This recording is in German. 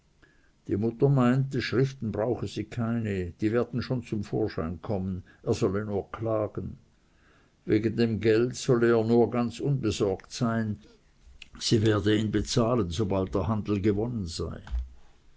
die mutter meinte schriften brauche sie keine die werden schon zum vorschein kommen er solle nur klagen wegen dem gelde solle er nur ganz unbesorgt sein sie werde ihn bezahlen sobald der handel gewonnen sei